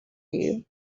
you